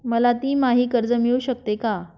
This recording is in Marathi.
मला तिमाही कर्ज मिळू शकते का?